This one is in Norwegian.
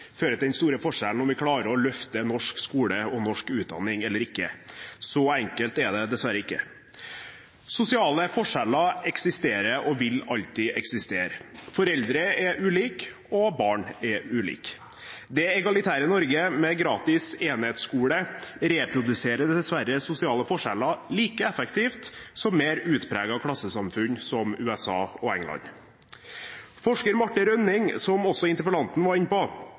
fører til den store forskjellen om hvorvidt vi klarer å løfte norsk skole og norsk utdanning, eller ikke. Så enkelt er det dessverre ikke. Sosiale forskjeller eksisterer og vil alltid eksistere. Foreldre er ulike og barn er ulike. Det egalitære Norge med gratis enhetsskole reproduserer dessverre sosiale forskjeller like effektivt som mer utpregede klassesamfunn som USA og England. Forsker Marte Rønning, som også interpellanten var inne på, har de siste årene gjort flere undersøkelser om effekten av